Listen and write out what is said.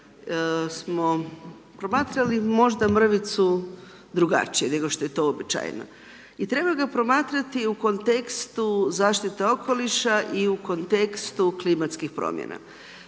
smo promatrali možda mrvicu drugačije nego što je to uobičajeno, i treba ga promatrati u kontekstu zaštite okoliša i u kontekstu klimatskih promjena.